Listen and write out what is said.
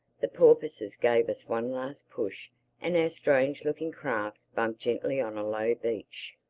the porpoises gave us one last push and our strange-looking craft bumped gently on a low beach.